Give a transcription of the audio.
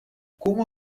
como